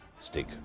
Stick